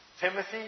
Timothy